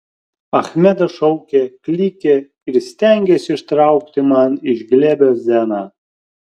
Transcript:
achmedas šaukė klykė ir stengėsi ištraukti man iš glėbio zeną